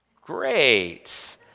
great